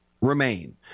remain